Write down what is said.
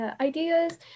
ideas